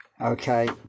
okay